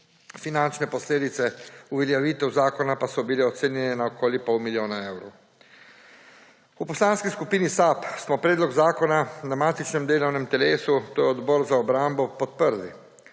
finančne posledice uveljavitev zakona pa so bile ocenjene na okoli pol milijona evrov. V Poslanski skupini SAB smo predlog zakona na matičnem delovnem telesu, to je Odbor za obrambo, podprli.